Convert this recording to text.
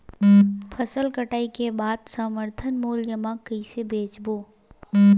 फसल कटाई के बाद समर्थन मूल्य मा कइसे बेचबो?